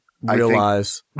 Realize